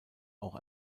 auch